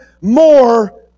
more